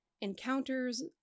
encounters